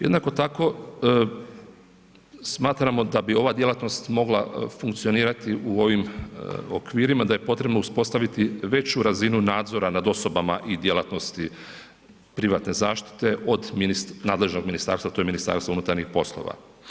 Jednako tako smatramo da bi ova djelatnost mogla funkcionirati u ovim okvirima da je potrebno uspostaviti veću razinu nadzora nad osobama i djelatnosti privatne zaštite od nadležnog ministarstva a to je Ministarstvo unutarnjih poslova.